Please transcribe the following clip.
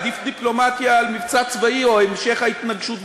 עדיף דיפלומטיה על מבצע צבאי או המשך ההתנגשות והלחץ.